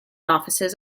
offices